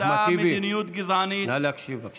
אחמד טיבי, נא להקשיב, בבקשה.